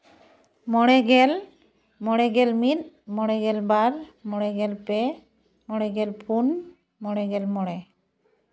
ᱢᱚᱬᱮ ᱜᱮᱞ ᱢᱚᱬᱮ ᱜᱮᱞ ᱢᱤᱫ ᱢᱚᱬᱮ ᱜᱮᱞ ᱵᱟᱨ ᱢᱚᱬᱮ ᱜᱮᱞ ᱯᱮ ᱢᱚᱬᱮ ᱜᱮᱞ ᱯᱩᱱ ᱢᱚᱬᱮ ᱜᱮᱞ ᱢᱚᱬᱮ